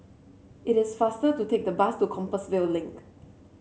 It is faster to take the bus to Compassvale Link